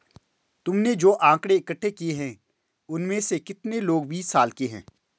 तुमने जो आकड़ें इकट्ठे किए हैं, उनमें से कितने लोग बीस साल के हैं?